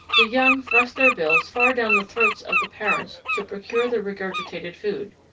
the young thrust their bills far down the throats of the parents to procure the regurgitated food.